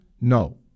No